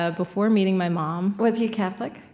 ah before meeting my mom was he catholic?